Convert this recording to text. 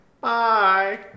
Bye